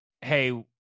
hey